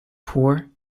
poor